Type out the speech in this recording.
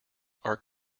are